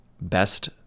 best